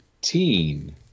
teen